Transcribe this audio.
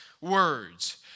words